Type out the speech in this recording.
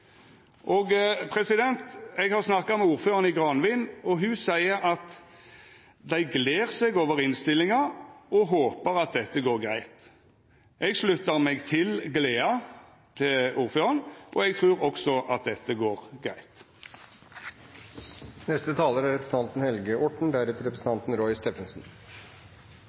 Eg har snakka med ordføraren i Granvin. Ho seier at dei gler seg over innstillinga og håpar at dette går greitt. Eg sluttar meg til gleda til ordføraren, og eg trur også at dette går greitt. Etter foregående sekvens er